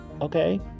okay